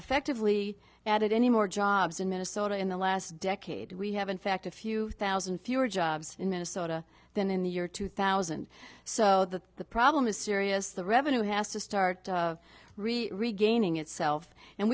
effectively added any more jobs in minnesota in the last decade we have in fact a few thousand fewer jobs in minnesota than in the year two thousand so that the problem is serious the revenue has to start regaining itself and